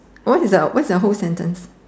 what is the what is the whole sentence